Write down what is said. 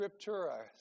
Scriptura